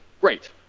great